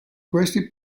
questi